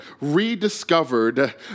rediscovered